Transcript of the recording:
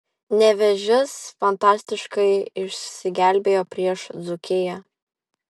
nevėžis fantastiškai išsigelbėjo prieš dzūkiją